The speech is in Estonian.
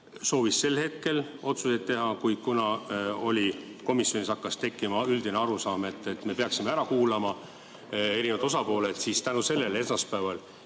soovis sel hetkel otsuseid teha, kuid kuna komisjonis hakkas tekkima üldine arusaam, et me peaksime ära kuulama erinevad osapooled, siis tänu sellele esmaspäeval